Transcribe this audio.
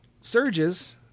surges